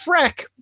Freck